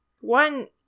one